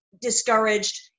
discouraged